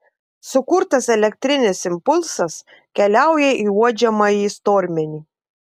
sukurtas elektrinis impulsas keliauja į uodžiamąjį stormenį